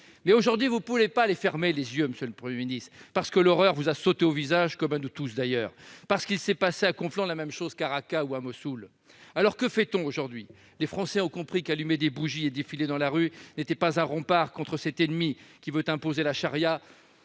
ministre, vous ne pouvez pas fermer les yeux, parce que l'horreur vous a sauté au visage, comme à nous tous d'ailleurs, parce qu'il s'est passé à Conflans la même chose qu'à Raqqa ou à Mossoul. Alors, que doit-on faire aujourd'hui ? Les Français ont compris qu'allumer des bougies et défiler dans la rue n'étaient pas un rempart contre cet ennemi qui veut imposer la charia